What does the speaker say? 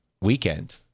weekend